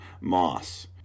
Moss